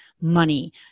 money